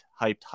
hyped